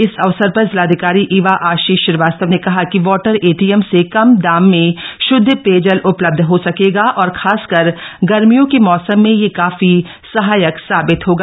इस अवसर पर जिलाधिकारी इवा आशीष श्रीवास्तव ने कहा कि वाटर एटीएम से कम दाम में शुदध पेयजल उपलब्ध हो सकेगा और खासकर गर्मियों के मौसम में यह काफी सहायक साबित होगा